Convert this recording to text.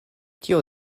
tio